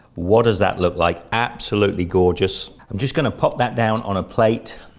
what does that look like, absolutely gorgeous. i'm just going to pop that down on a plate.